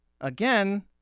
again